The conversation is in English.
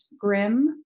grim